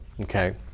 Okay